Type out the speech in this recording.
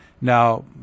now